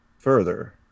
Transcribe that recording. further